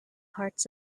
hearts